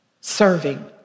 serving